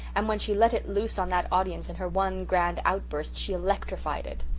and when she let it loose on that audience in her one grand outburst she electrified it.